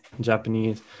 Japanese